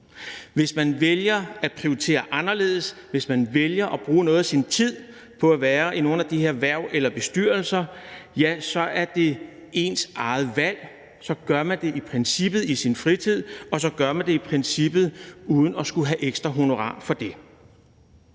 Hvis man vælger at prioritere anderledes, hvis man vælger at bruge noget af sin tid på at være i nogle af de her hverv eller bestyrelser, ja, så er det ens eget valg, så gør man det i princippet i sin fritid, og så gør man det i princippet uden at skulle have ekstra honorar for det.